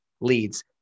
leads